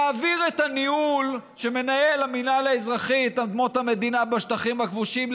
להעביר את הניהול שמנהל המינהל האזרחי את אדמות המדינה בשטחים הכבושים,